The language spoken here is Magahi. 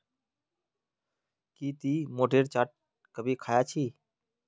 की टी मोठेर चाट कभी ख़या छि